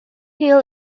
hill